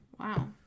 wow